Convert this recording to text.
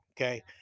Okay